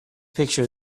picture